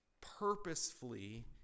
purposefully